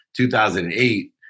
2008